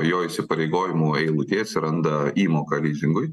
jo įsipareigojimų eilutėj atsiranda įmoka lizingui